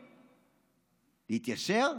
להתיישר.